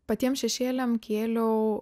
patiem šešėliam kėliau